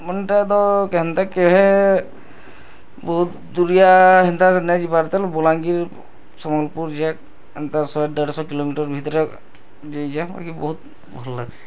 ମେନ୍ଟା ତ କେନ୍ତା କେଢ଼େ ବହୁତ ଦୁରିଆ ହେନ୍ତା ଯେନ୍ତା ଯିବାର ତାହାଲେ ବଲାଙ୍ଗୀର ସମ୍ବଲପୁର ଯେ ଏନ୍ତା ଶହେ ଦେଢ଼ଶହ କିଲୋମିଟର ଭିତରେ ଯିଇଛେ ବାକି ବହୁତ ଭଲ ଲାଗ୍ସି